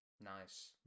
Nice